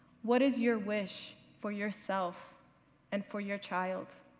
what is your wish for yourself and for your child?